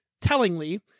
tellingly